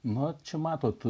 mat čia matote